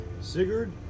Sigurd